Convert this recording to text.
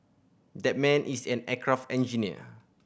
that man is an aircraft engineer